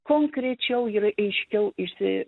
konkrečiau ir aiškiau išsi